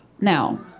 Now